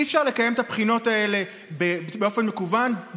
אי-אפשר לקיים את הבחינות האלה באופן מקוון?